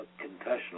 confessional